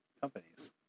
companies